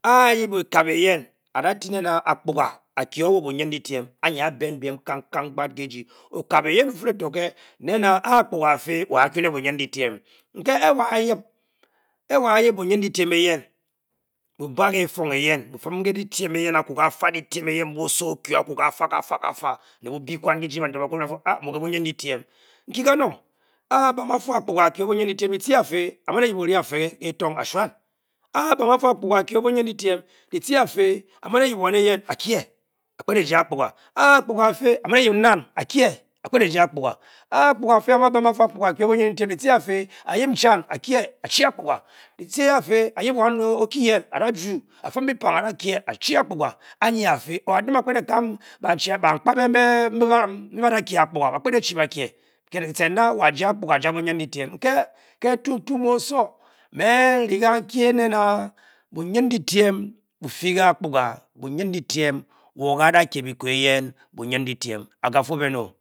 A yep okabe yen ada finen apkorga a akyor le boyen lefem okebe yen ofle tor nen aphokaga agule boyen letem nke a ban yep owa yep bouyen tetan yem opale le letan me iyen mu osowor okar kafa kafa a benge bafu apkorga a near boyen lefam omar yep wanne iyen okey oman yep oly oshwan ke ntu ntu mho aswor boyen latem bo pele aphorga wor ga ra ke me koyen boyen latem akafor